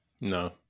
No